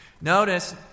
Notice